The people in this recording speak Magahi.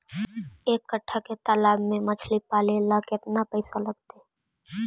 एक कट्ठा के तालाब में मछली पाले ल केतना पैसा लगतै?